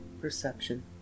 perception